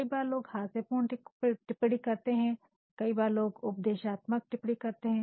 कई बार लोग हास्यपूर्ण टिप्पणी करते हैं कई बार लोग उपदेशात्मक टिप्पणी करते हैं